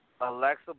Alexa